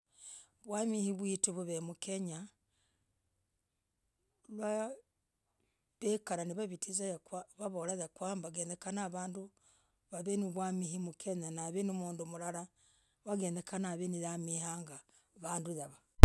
Mwamwivitu mmwe mkenya. Vaa wekanavavitiza yakwamba vavola yakwamba henyekana, vanduu mlalah wegenyekana, wamigaa, vaduu havoo.